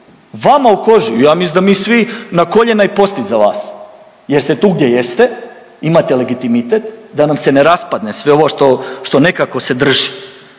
Vama u koži ja mislim da mi svi na koljena i postit za vas jer ste tu gdje jeste, imate legitimitet da nam se ne raspadne sve ovo što, što nekako se drži.